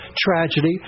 tragedy